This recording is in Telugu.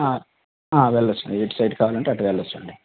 ఆ ఆ వెళ్లొచ్చు ఎటు సైడ్ కావాలంటే అటు వెళ్లొచ్చు అండి